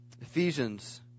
Ephesians